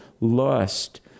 lust